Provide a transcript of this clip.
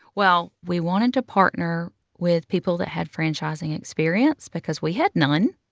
well, we wanted to partner with people that had franchising experience because we had none.